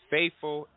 Faithful